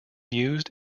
used